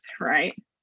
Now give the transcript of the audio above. right